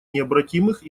необратимых